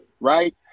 right